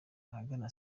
ahagana